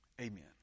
Amen